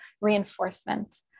reinforcement